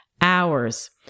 hours